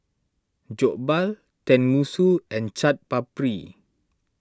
Jokbal Tenmusu and Chaat Papri